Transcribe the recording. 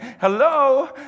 hello